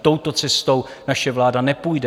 Touto cestou naše vláda nepůjde.